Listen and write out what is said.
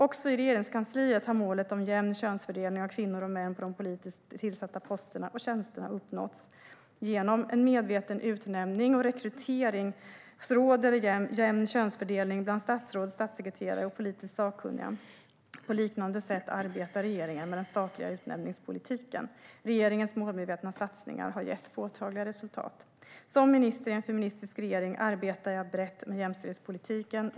Också i Regeringskansliet har målet om jämn könsfördelning av kvinnor och män på de politiskt tillsatta posterna och tjänsterna uppnåtts. Genom en medveten utnämning och rekrytering råder jämn könsfördelning bland statsråd, statssekreterare och politiskt sakkunniga. På liknande sätt arbetar regeringen med den statliga utnämningspolitiken. Regeringens målmedvetna satsningar har gett påtagliga resultat. Som minister i en feministisk regering arbetar jag brett med jämställdhetspolitiken.